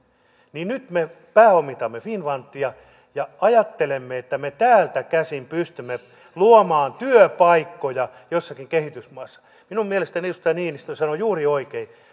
niin nyt me pääomitamme finnfundia ja ajattelemme että me täältä käsin pystymme luomaan työpaikkoja joissakin kehitysmaissa minun mielestäni edustaja niinistö sanoi juuri oikein